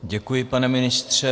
Děkuji, pane ministře.